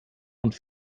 und